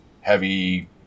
heavy